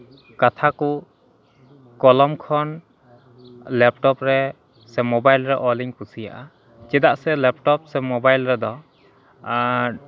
ᱠᱟᱛᱷᱟ ᱠᱚ ᱠᱚᱞᱚᱢ ᱠᱷᱚᱱ ᱞᱮᱯᱴᱚᱯ ᱨᱮ ᱥᱮ ᱢᱳᱵᱟᱭᱤᱞ ᱨᱮ ᱚᱞ ᱤᱧ ᱠᱩᱥᱤᱭᱟᱜᱼᱟ ᱪᱮᱫᱟᱜ ᱥᱮ ᱞᱮᱯᱴᱚᱯ ᱥᱮ ᱢᱳᱵᱟᱭᱤᱞ ᱨᱮᱫᱚ